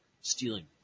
stealing